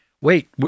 wait